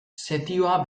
setioa